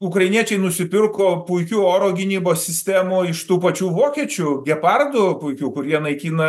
ukrainiečiai nusipirko puikių oro gynybos sistemų iš tų pačių vokiečių gepardų puikių kurie naikina